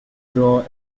raw